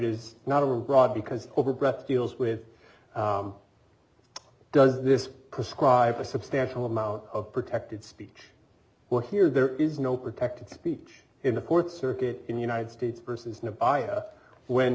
is not a rod because over breast deals with does this prescribe a substantial amount of protected speech well here there is no protected speech in the th circuit in the united states versus